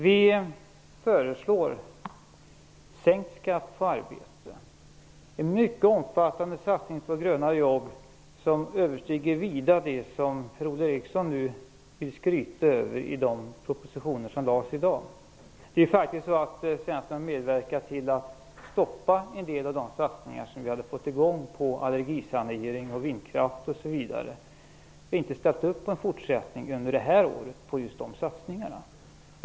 Vi föreslår sänkt skatt på arbete och en mycket omfattande satsning på gröna jobb, som vida överstiger det som Per-Ola Eriksson nu vill skryta över i de propositioner som lades fram i dag. Centern har medverkat till att stoppa en del av de satsningar vi hade fått i gång, t.ex. på allergisanering och vindkraft. Man ställde inte upp på en fortsättning på de satsningarna under just detta år.